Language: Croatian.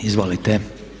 Izvolite.